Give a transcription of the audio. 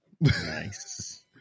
Nice